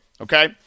okay